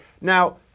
Now